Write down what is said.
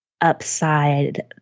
upside